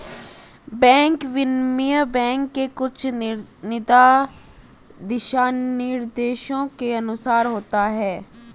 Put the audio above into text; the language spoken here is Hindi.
बैंक विनिमय बैंक के कुछ दिशानिर्देशों के अनुसार होता है